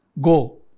Go